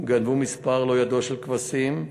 וגנבו מספר לא ידוע של כבשים.